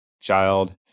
child